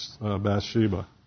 Bathsheba